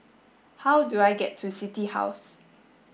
how do I get to City House